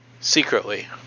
Secretly